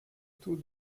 taux